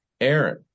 Aaron